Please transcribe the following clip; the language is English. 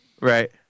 Right